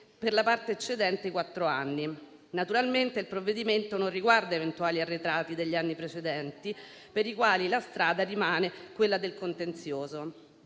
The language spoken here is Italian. per la parte eccedente i quattro anni. Naturalmente il provvedimento non riguarda eventuali arretrati degli anni precedenti, per i quali la strada rimane quella del contenzioso.